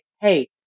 Hey